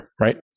right